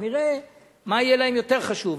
אז נראה מה יהיה להם יותר חשוב,